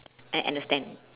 a~ and the stand